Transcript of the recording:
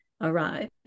arrive